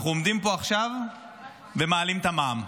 אנחנו עומדים פה עכשיו ומעלים את המע"מ.